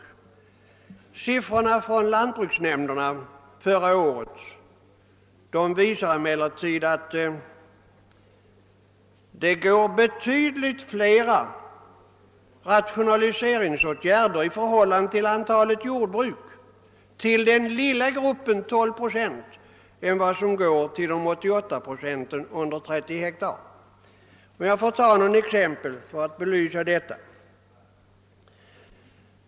Förra årets siffror från jordbruksnämnderna visar emellertid att betydligt fler rationaliseringsåtgärder i förhållande till antalet jordbruk sätts in på den lilla gruppen — de 12 procenten — än på de 88 procenten under 30 hektar. Får jag med några exempel belysa detta.